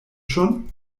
schon